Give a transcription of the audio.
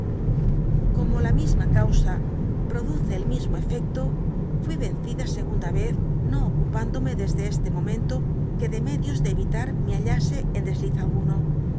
como la misma causa produce el mismo efecto fui vencida segunda vez no ocupándome desde este momento que de los medios de evitar me hallase en desliz alguno